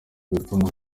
gutuma